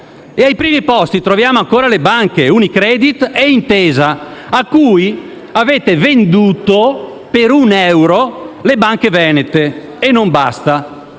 ai primi posti, poi, troviamo ancora le banche, Unicredit e Intesa Sanpaolo, a cui avete venduto per un euro le banche venete. Non basta,